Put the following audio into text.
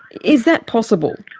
is that possible?